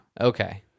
okay